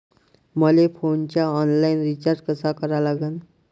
मले फोनचा online recharge कसा करा लागन?